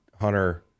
Hunter